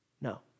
No